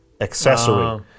accessory